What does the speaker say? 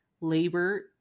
labor